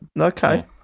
Okay